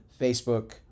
Facebook